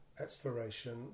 exploration